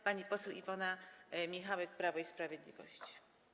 Pani poseł Iwona Michałek, Prawo i Sprawiedliwość.